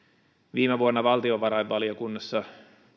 viime vuonna valtiovarainvaliokunnassa